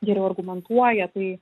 geriau argumentuoja tai